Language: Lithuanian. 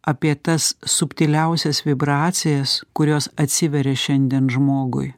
apie tas subtiliausias vibracijas kurios atsiveria šiandien žmogui